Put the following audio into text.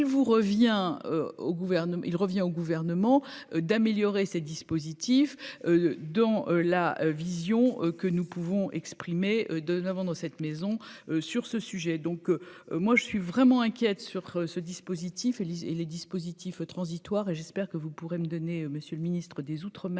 il revient au gouvernement d'améliorer ses dispositifs dans la vision que nous pouvons exprimer de 9 ans dans cette maison, sur ce sujet, donc moi je suis vraiment inquiète sur ce dispositif et les et les dispositifs transitoires et j'espère que vous pourrez me donner, Monsieur le Ministre des Outre-mer